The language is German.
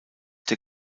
der